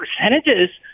percentages